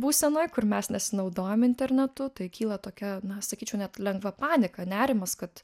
būsenoj kur mes nesinaudojam internetu tai kyla tokia na sakyčiau net lengva panika nerimas kad